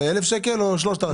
זה 1,000 ₪ או 3,000 ₪?